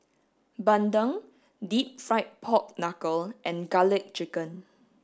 bandung deep fried pork knuckle and garlic chicken